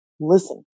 Listen